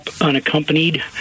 unaccompanied